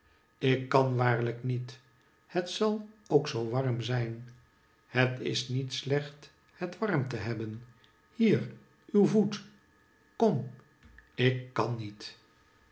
ik kan waarlijk niet het zal ook zoo warm zijn het is niet slecht het warm te hebben hier uw voet kom ik kan niet